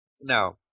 Now